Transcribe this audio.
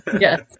yes